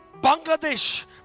Bangladesh